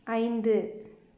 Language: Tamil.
ஐந்து